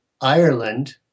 Ireland